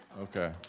Okay